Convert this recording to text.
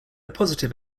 positive